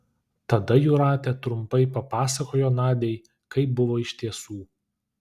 tada jūratė trumpai papasakojo nadiai kaip buvo iš tiesų